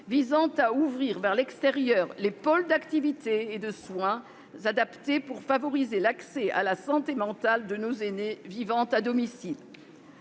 visant à ouvrir vers l'extérieur les pôles d'activité et de soins adaptés pour favoriser l'accès à la santé mentale de nos aînés vivant à domicile.